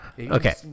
Okay